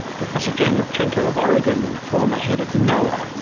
professor jane lubchenco of oregon, former head of noaa.